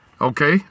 Okay